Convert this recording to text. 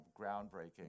groundbreaking